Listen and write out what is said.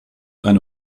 eine